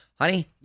honey